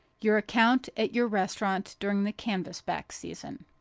your account at your restaurant during the canvas-back season.